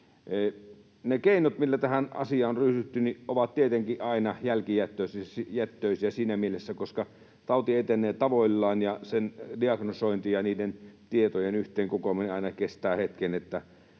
Ne keinot, millä tähän asiaan on ryhdytty, ovat tietenkin aina jälkijättöisiä siinä mielessä, että tauti etenee tavoillaan ja sen diagnosointi ja niiden tietojen yhteen kokoaminen aina kestää hetken.